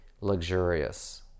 luxurious